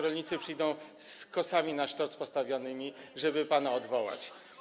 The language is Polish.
rolnicy przyjdą z kosami na sztorc postawionymi, żeby pana odwołać.